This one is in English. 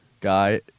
guy